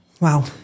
Wow